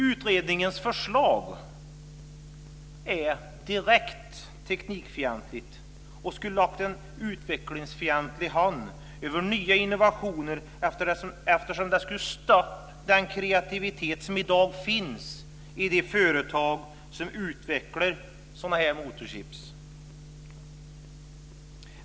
Utredningens förslag är direkt teknikfientligt och skulle lägga en utvecklingsfientlig hand över nya innovationer eftersom det skulle stoppa den kreativitet som i dag finns i de företag som utvecklar sådana här motorchip.